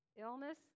Illness